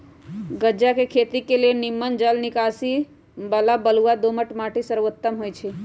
गञजा के खेती के लेल निम्मन जल निकासी बला बलुआ दोमट माटि सर्वोत्तम होइ छइ